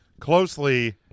closely